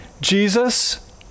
Jesus